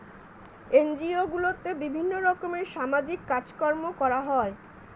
NGO গুলোতে বিভিন্ন রকমের সামাজিক কাজকর্ম করা হয়